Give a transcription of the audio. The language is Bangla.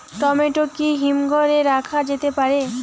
টমেটো কি হিমঘর এ রাখা যেতে পারে?